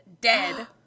dead